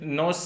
no